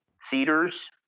cedars